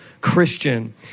Christian